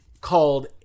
called